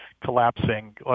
collapsing